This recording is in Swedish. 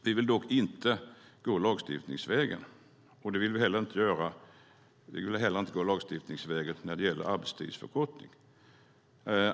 Vi vill dock inte gå lagstiftningsvägen, och vi vill heller inte gå lagstiftningsvägen när det gäller arbetstidsförkortning.